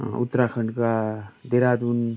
उत्तराखण्ड वा देहरादून